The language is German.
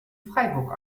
freiburg